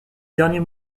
derniers